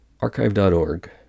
archive.org